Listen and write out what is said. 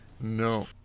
no